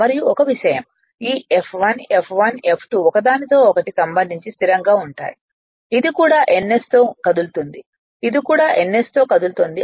మరియు ఒక విషయం ఈ F1 Fr F2 ఒకదానికొకటి సంబంధించి స్థిరంగా ఉన్నాయి ఇది కూడా ns తో కదులుతోంది ఇది కూడా ns తో కదులుతోంది